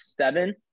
seven